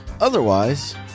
Otherwise